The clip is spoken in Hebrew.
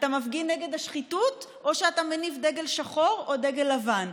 אתה מפגין נגד השחיתות או שאתה מניף דגל שחור או דגל לבן?